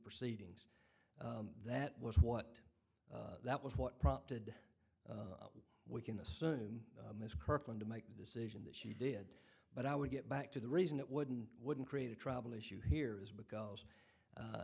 proceedings that was what that was what prompted we can assume miss kirkman to make the decision that she did but i would get back to the reason it wouldn't wouldn't create a travel issue here is because